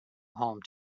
home